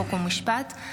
חוק ומשפט,